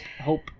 hope